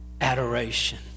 adoration